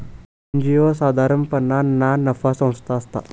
NGO साधारणपणान ना नफा संस्था असता